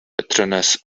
patroness